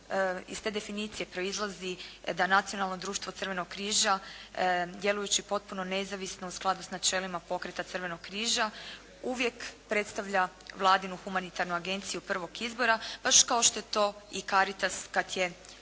Iz te definicije proizlazi da nacionalno društvo Crvenog križa djelujući potpuno nezavisno u skladu s načelima pokreta Crvenog križa uvijek predstavlja Vladinu humanitarnu agenciju prvog izbora baš kao što je to i Caritas kad je